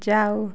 जाओ